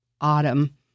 autumn